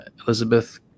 Elizabeth